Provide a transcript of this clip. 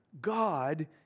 God